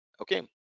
okay